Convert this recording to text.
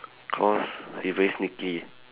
cause he very sneaky